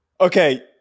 Okay